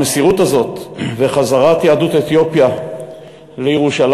המסירות הזאת וחזרת יהדות אתיופיה לירושלים,